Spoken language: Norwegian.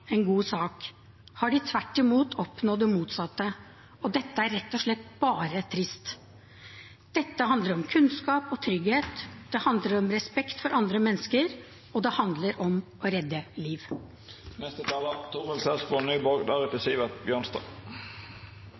har de tvert imot oppnådd det motsatte, og det er rett og slett bare trist. Dette handler om kunnskap og trygghet, det handler om respekt for andre mennesker, og det handler om å redde